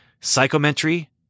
psychometry